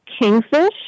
Kingfish